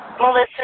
Melissa